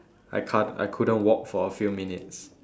I can't I couldn't walk for a few minutes